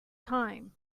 time